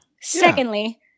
Secondly